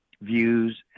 views